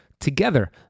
Together